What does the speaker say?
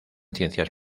ciencias